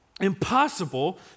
impossible